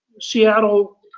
Seattle